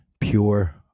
pure